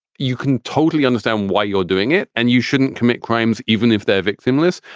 you can totally understand why you're doing it. and you shouldn't commit crimes even if they're victimless.